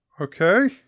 Okay